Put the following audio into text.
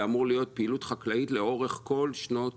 אמורה להיות פעילות חקלאות לאורך כל שנות